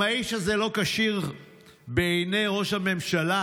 אם האיש הזה לא כשיר בעיני ראש הממשלה,